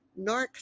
narc